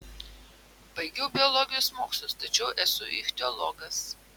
baigiau biologijos mokslus tačiau esu ichtiologas